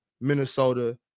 Minnesota